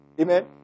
Amen